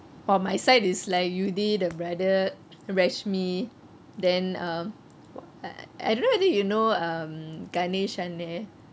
!wah! my side is like yuthi the brother rashmi then uh I don't know whether you know um ganesh அண்ணே:anneh